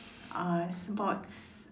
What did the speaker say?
uh sports